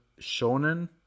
shonen